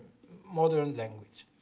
modern language.